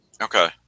Okay